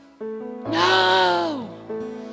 No